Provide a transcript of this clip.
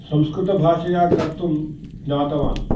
संस्कृतभाषया कर्तुं ज्ञातवान्